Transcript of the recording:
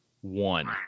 one